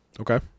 Okay